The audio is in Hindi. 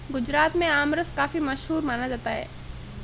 गुजरात में आमरस काफी मशहूर माना जाता है